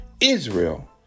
Israel